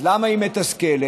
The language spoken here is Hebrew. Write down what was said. אז למה היא מתסכלת?